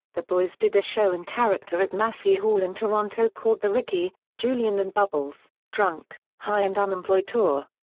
the boys did a show in character at massey hall in toronto called the ricky, julian and bubbles, drunk, high and unemployed tour.